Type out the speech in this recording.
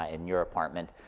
ah in your apartment,